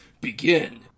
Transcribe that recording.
begin